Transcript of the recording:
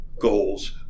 goals